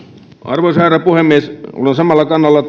arvoisa herra puhemies olen samalla kannalla